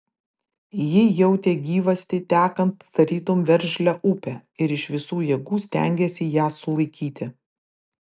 ji jautė gyvastį tekant tarytum veržlią upę ir iš visų jėgų stengėsi ją sulaikyti